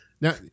now